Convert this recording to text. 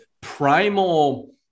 primal